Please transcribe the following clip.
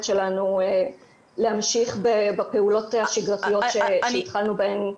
שלנו להמשיך בפעולות השגרתיות שהתחלנו בהן.